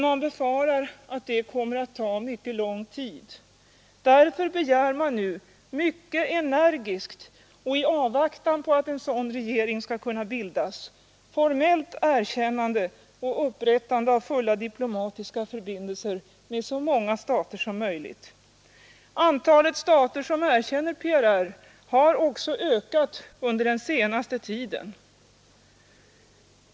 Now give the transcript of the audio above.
Man befarar dock att detta kommer att ta mycket lång tid. Därför begär man nu mycket energiskt, i avvaktan på att en sådan regering skall kunna bildas, formellt erkännande och upprättande av fulla diplomatiska förbindelser med så många stater som möjligt. Antalet stater som erkänner PRR har också ökat den senaste tiden.